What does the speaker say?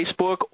Facebook